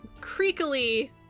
creakily